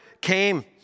came